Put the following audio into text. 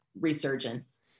resurgence